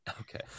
Okay